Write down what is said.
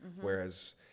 Whereas